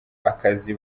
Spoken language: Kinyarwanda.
akazi